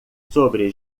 sobre